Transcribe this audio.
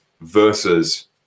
versus